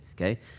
okay